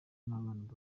n’abana